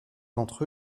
d’entre